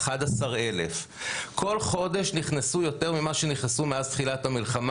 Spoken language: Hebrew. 11,000. כל חודש נכנסו יותר ממה שנכנסו מאז תחילת המלחמה.